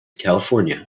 california